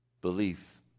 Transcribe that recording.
belief